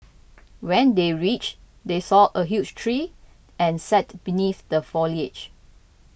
when they reached they saw a huge tree and sat beneath the foliage